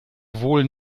wohl